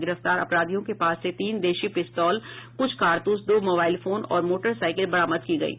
गिरफ्तार अपराधियों के पास से तीन देशी पिस्तौल कुछ कारतूस दो मोबाइल फोन और दो मोटरसाइकिल बरामद की गयी है